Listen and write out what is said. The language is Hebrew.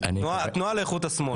התנועה לאיכות השמאל.